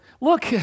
look